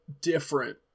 different